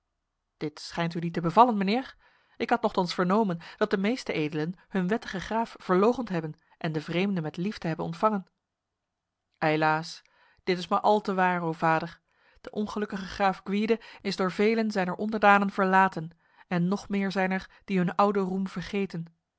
dit schijnt u niet te bevallen mijnheer ik had nochtans vernomen dat de meeste edelen hun wettige graaf verloochend hebben en de vreemde met liefde hebben ontvangen eilaas dit is maar al te waar o vader de ongelukkige graaf gwyde is door velen zijner onderdanen verlaten en nog meer zijn er die hun oude roem